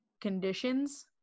conditions